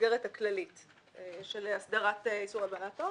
המסגרת הכללית של הסדרת איסור הלבנת הון,